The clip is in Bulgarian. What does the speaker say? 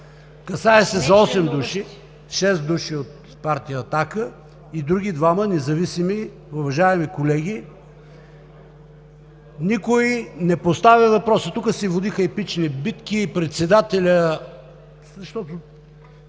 Касае се за осем души – шест души от партия „Атака“ и други двама независими. Уважаеми колеги, никой не поставя въпроса – тук се водиха епични битки и председателят…